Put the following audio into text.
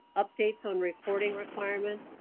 updates on reporting requirements,